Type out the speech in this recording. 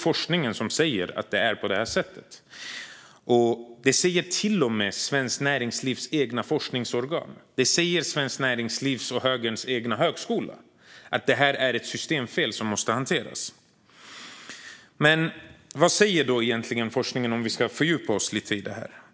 Forskningen säger att det är på det sättet. Till och med Svenskt Näringslivs eget forskningsorgan säger det. Och Svenskt Näringslivs och högerns egen högskola säger att det är ett systemfel som måste hanteras. Men vad säger forskningen egentligen, om vi ska fördjupa oss lite i detta?